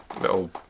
little